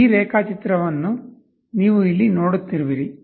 ಈ ರೇಖಾಚಿತ್ರವನ್ನು ನೀವು ಇಲ್ಲಿ ನೋಡುತ್ತಿರುವಿರಿ